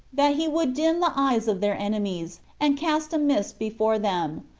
that he would dim the eyes of their enemies, and cast a mist before them,